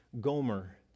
Gomer